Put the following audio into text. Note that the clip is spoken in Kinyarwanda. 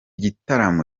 gitaramo